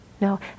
No